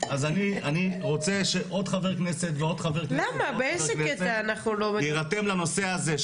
אני רוצה שעוד חבר כנסת ועוד חבר כנסת יירתם לנושא הזה,